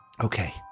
okay